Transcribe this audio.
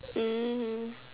mm